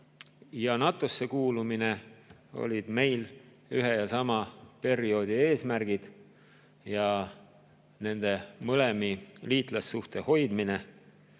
ja NATO‑sse kuulumine olid meil ühe ja sama perioodi eesmärgid ja mõlema liitlassuhte hoidmine